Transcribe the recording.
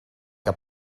que